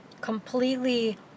completely